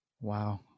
Wow